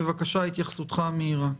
התייחסותך המהירה.